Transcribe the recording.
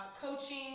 coaching